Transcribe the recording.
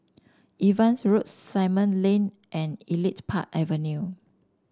Evans Road Simon Lane and Elite Park Avenue